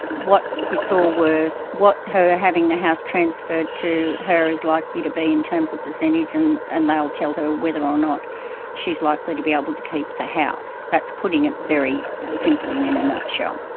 what it's all worth, what her having the house transferred to her is likely to be in terms of percentage, and and they'll tell her whether or not she's likely to be able to keep the house. that's putting it very simply and in a nutshell.